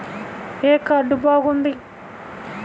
ఏ card బాగుంది?